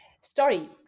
story